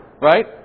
right